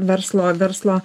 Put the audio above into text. verslo verslo